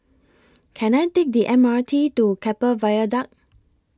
Can I Take The M R T to Keppel Viaduct